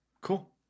cool